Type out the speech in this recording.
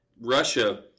Russia